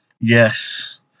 Yes